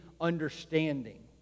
understanding